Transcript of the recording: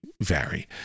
vary